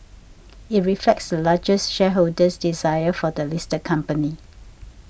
it reflects the largest shareholder's desire for the listed company